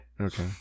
Okay